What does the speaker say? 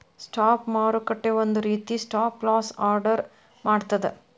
stop ಮಾರುಕಟ್ಟೆ ಒಂದ ರೇತಿ ಸ್ಟಾಪ್ ಲಾಸ್ ಆರ್ಡರ್ ಮಾಡ್ತದ